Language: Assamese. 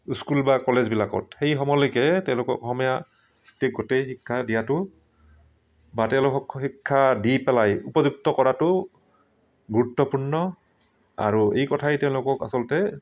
স্কুল বা কলেজবিলাকত সেই সময়লৈকে তেওঁলোকক অসমীয়াতে গোটেই শিক্ষা দিয়াতো বা তেওঁলোকক শিক্ষা দি পেলাই উপযুক্ত কৰাতো গুৰুত্বপূৰ্ণ আৰু এই কথাই তেওঁলোকক আচলতে